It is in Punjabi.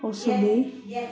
ਉਸ ਦੀ